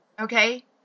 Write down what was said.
Okay